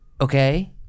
Okay